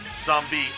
zombie